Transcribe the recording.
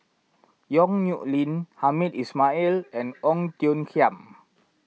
Yong Nyuk Lin Hamed Ismail and Ong Tiong Khiam